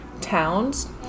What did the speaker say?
towns